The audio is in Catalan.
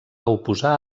oposar